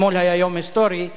אתמול היה יום היסטורי,